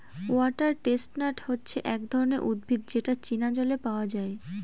water chestnut হচ্ছে এক ধরনের উদ্ভিদ যেটা চীনা জলে পাওয়া যায়